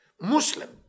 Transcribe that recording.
Muslim